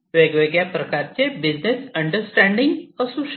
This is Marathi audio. वेगवेगळ्या प्रकारे बिझनेस अंडरस्टँडिंग असू शकते